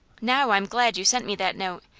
now, i'm glad you sent me that note,